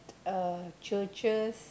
uh churches